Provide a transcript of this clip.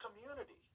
community